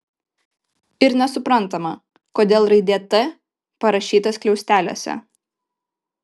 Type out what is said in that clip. ir nesuprantama kodėl raidė t parašyta skliausteliuose